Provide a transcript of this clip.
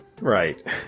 Right